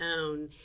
own